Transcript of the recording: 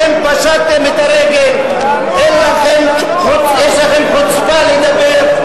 אתם פשטתם את הרגל, יש לכם חוצפה לדבר.